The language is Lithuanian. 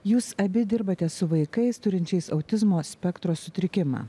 jūs abi dirbate su vaikais turinčiais autizmo spektro sutrikimą